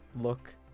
look